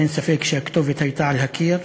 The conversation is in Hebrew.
אין ספק שהכתובת הייתה על הקיר,